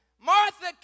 Martha